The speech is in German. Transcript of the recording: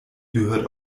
gehört